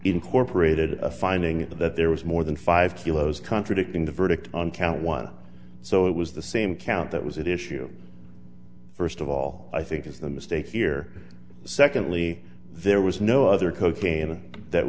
incorporated a finding that there was more than five kilos contradicting the verdict on count one so it was the same count that was it issue first of all i think is the mistake here secondly there was no other cocaine that